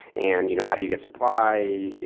and you know how do you get supply,